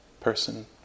person